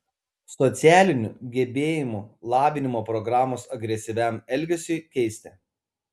socialinių gebėjimų lavinimo programos agresyviam elgesiui keisti